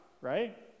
right